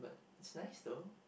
it's nice though